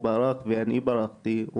בחברה הערבית,